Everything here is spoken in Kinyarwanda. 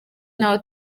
n’aho